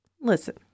listen